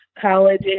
college